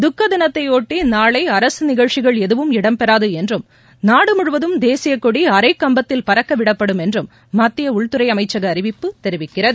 துக்கதினத்தை ஒட்டி நாளை அரசு நிகழ்ச்சிகள் எதுவும் இடம்பெறாது என்றும் நாடு முழுவதும் தேசிய கொடி அரைக்கம்பத்தில் பறக்க விடப்படும் என்றும் மத்திய உள்துறை அமைச்சக அறிவிப்பு தெரிவிக்கிறது